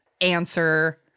answer